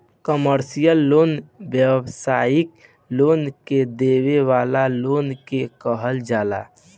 commercial loan व्यावसायिक लोग के देवे वाला लोन के कहल जाला